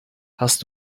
hast